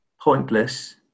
pointless